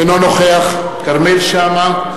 אינו נוכח כרמל שאמה,